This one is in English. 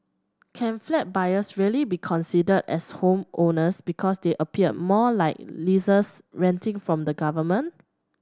can flat buyers really be considered as homeowners because they appear more like lessees renting from the government